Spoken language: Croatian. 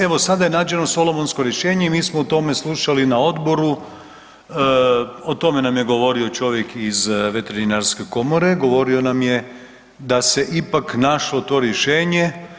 Evo sada je nađeno solomonsko rješenje i mi smo o tome slušali na odboru, o tome nam je govorio i čovjek iz Veterinarske komore, govorio nam je da se ipak našlo to rješenje.